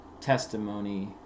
testimony